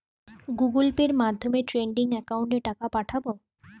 Google পের মাধ্যমে trading একাউন্টে টাকা পাঠাবো?